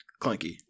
clunky